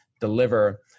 deliver